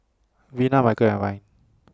Vina Michel and Ryne